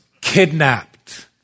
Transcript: kidnapped